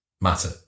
matter